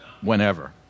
whenever